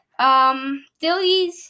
Dillies